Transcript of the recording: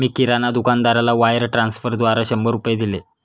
मी किराणा दुकानदाराला वायर ट्रान्स्फरद्वारा शंभर रुपये दिले